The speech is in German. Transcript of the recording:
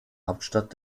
hauptstadt